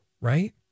right